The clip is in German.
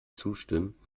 zustimmt